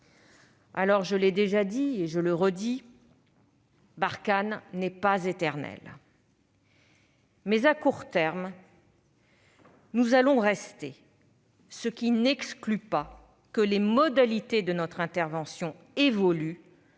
Je l'ai dit et je le répète : Barkhane n'est pas éternelle. Mais à court terme nous allons rester, ce qui n'exclut pas que les modalités de notre intervention évoluent-